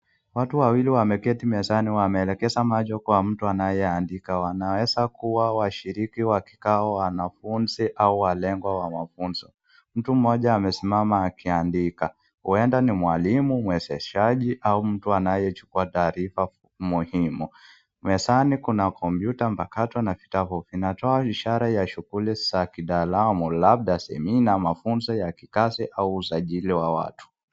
Watu wawili wameketi mezani wameelekeza macho kwa mtu anayeandika wanaweza kuwa washiriki wa kikao ya wanafunzi au walengwa wa mafunzo, mtu mmoja amesimama akiandika huenda ni mwalimu mwezeshaji au mtu ayechukua taarifa muhimu mezani kuna kompyuta mbaka tu na vitabu kinatoa ishara ya shughuli za kitaalamu labda semina mafunzo ya kikazi au usajili wa watu.